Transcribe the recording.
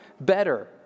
better